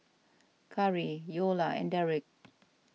Khari Eola and Darrick